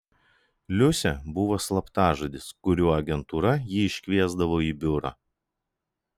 liusė buvo slaptažodis kuriuo agentūra jį iškviesdavo į biurą